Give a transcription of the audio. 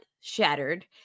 shattered